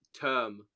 term